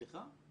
סליחה,